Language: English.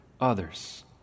others